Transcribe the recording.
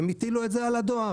הם הטילו את זה על הדואר.